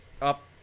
up